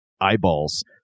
eyeballs